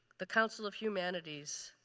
the council of humanities.